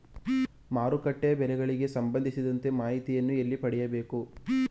ಮಾರುಕಟ್ಟೆ ಬೆಲೆಗಳಿಗೆ ಸಂಬಂಧಿಸಿದಂತೆ ಮಾಹಿತಿಯನ್ನು ಎಲ್ಲಿ ಪಡೆಯಬೇಕು?